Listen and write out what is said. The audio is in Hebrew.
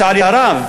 לצערי הרב,